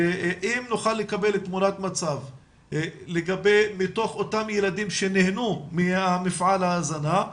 ואם נוכל לקבל תמונת מצב מתוך אותם ילדים שנהנו ממפעל ההזנה,